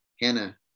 Hannah